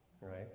right